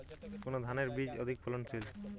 কোন ধানের বীজ অধিক ফলনশীল?